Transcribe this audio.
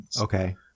Okay